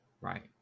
right